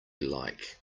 like